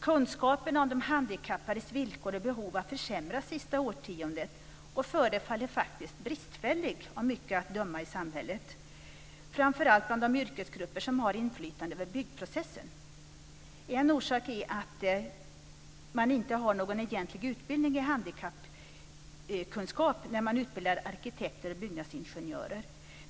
Kunskaperna om de handikappades villkor och behov har försämrats det senaste årtiondet och förefaller faktiskt nu bristfälliga av mycket att döma i samhället, framför allt bland de yrkesgrupper som har inflytande över byggprocessen. En orsak är att det inte finns någon egentlig utbildning i handikappkunskap i utbildningen för arkitekter och byggnadsingenjörer.